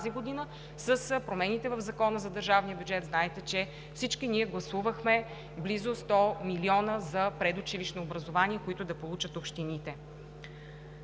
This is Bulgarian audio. година с промените в Закона за държавния бюджет. Знаете, че всички ние гласувахме близо 100 милиона за предучилищно образование, които да получат общините.